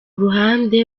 ruhande